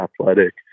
athletic